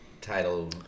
title